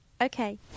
Okay